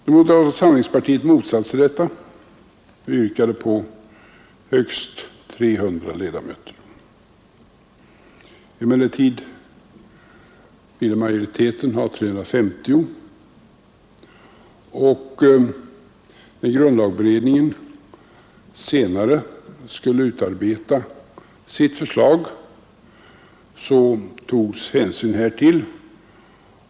Moderata samlingspartiet motsatte sig detta och yrkade på högst 300 ledamöter. Emellertid ville majoriteten ha 350, och när grundlagberedningen senare skulle utarbeta sitt förslag togs hänsyn härtill.